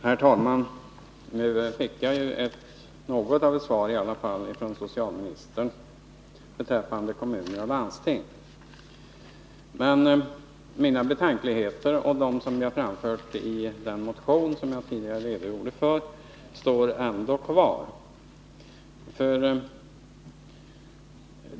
Herr talman! Nu fick jag i alla fall något av ett svar från socialministern beträffande kommuners och landstings möjligheter att agera. Mina betänkligheter, framförda i den motion som jag tidigare redogjort för, finns ändå kvar.